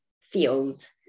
field